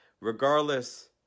regardless